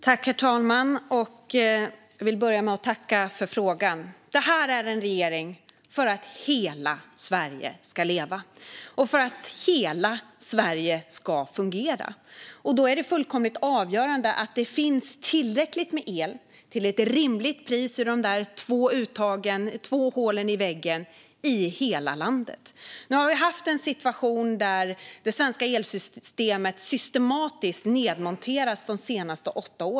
Herr talman! Jag vill börja med att tacka för frågan. Det här är en regering för att hela Sverige ska leva och för att hela Sverige ska fungera. Då är det fullkomligt avgörande att det finns tillräckligt med el till ett rimligt pris ur de där två hålen i väggen i hela landet. De senaste åtta åren har det svenska elsystemet nedmonterats systematiskt.